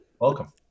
Welcome